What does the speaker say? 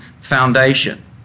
foundation